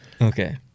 Okay